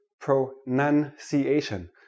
pronunciation